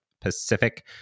Pacific